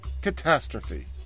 catastrophe